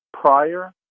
prior